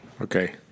Okay